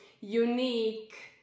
unique